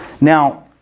Now